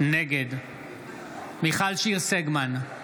נגד מיכל שיר סגמן,